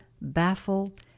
baffle